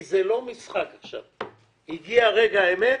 כי זה לא משחק עכשיו, הגיע רגע האמת.